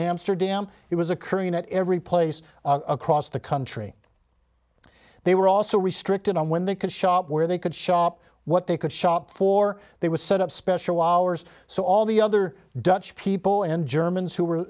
amsterdam it was occurring at every place across the country they were also restricted on when they could shop where they could shop what they could shop for they would set up special hours so all the other dutch people and germans who were